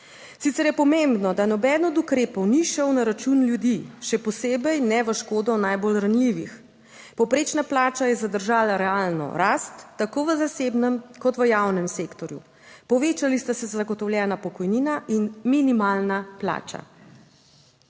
Sicer je pomembno, da noben od ukrepov ni šel na račun ljudi, še posebej ne v škodo najbolj ranljivih. Povprečna plača je zadržala realno rast tako v zasebnem kot v javnem sektorju, povečali sta se zagotovljena pokojnina in minimalna plača.